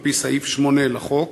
על-פי סעיף 8 לחוק?